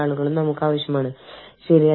ഇപ്പോൾ എങ്ങനെ ചെയ്യാം അതെല്ലാം